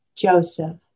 Joseph